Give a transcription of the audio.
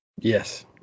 Yes